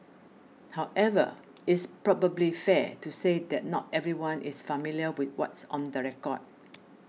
however is probably fair to say that not everyone is familiar with what's on the record